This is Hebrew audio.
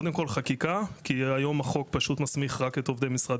קודם כל חקיקה כי היום החוק פשוט מסמיך רק את עובדי משרד